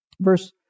verse